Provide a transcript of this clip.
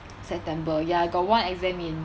september ya got one exam in